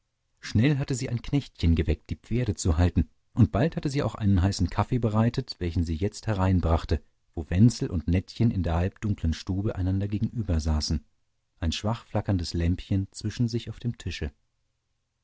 schnell hatte sie ein knechtchen geweckt die pferde zu halten und bald hatte sie auch einen heißen kaffee bereitet welchen sie jetzt hereinbrachte wo wenzel und nettchen in der halbdunklen stube einander gegenübersaßen ein schwach flackerndes lämpchen zwischen sich auf dem tische